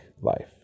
life